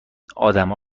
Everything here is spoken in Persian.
ادما